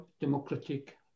democratic